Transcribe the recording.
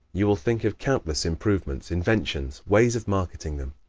you will think of countless improvements, inventions, ways of marketing them.